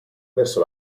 verso